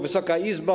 Wysoka Izbo!